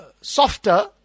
softer